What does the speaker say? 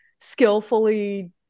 skillfully